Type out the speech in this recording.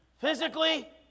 Physically